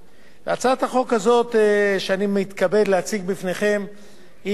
הצעת החוק הזאת שאני מתכבד להציג בפניכם היא חלק,